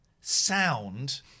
sound